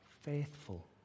faithful